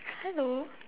hello